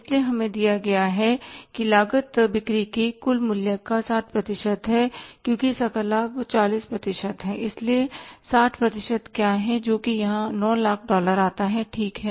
इसलिए हमें दिया गया है कि लागतबिक्री के कुल मूल्य का 60 प्रतिशत है क्योंकि सकल लाभ 40 प्रतिशत है इसलिए 60 प्रतिशत क्या है जो कि यहां 900000 डॉलर आता है ठीक है